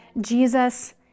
Jesus